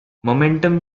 momentum